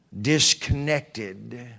disconnected